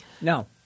No